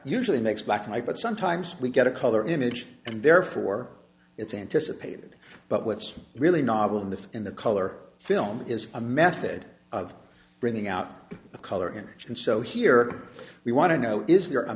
usually makes black and white but sometimes we get a color image and therefore it's anticipated but what's really novel in the in the color film is a method of bringing out a color image and so here we want to know is there a